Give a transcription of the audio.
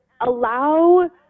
allow